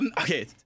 Okay